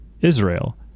Israel